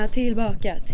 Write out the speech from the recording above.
tillbaka